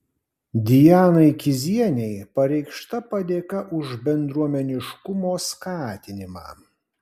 dianai kizienei pareikšta padėka už bendruomeniškumo skatinimą